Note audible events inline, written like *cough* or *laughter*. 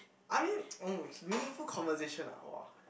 I mean *noise* um meaningful conversation ah !wah!